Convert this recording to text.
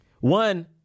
one